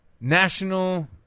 National